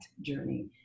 journey